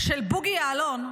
של בוגי יעלון,